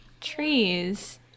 trees